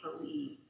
believe